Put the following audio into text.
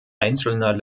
einzelner